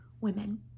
women